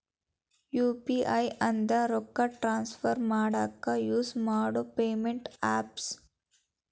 UPI ಅಂದ್ರ ರೊಕ್ಕಾ transfer ಮಾಡಾಕ ಯುಸ್ ಮಾಡೋ ಪೇಮೆಂಟ್ ಆಪ್ಸ್